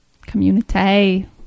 community